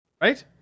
Right